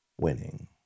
winning